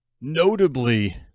notably